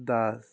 Das